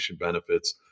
benefits